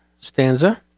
stanza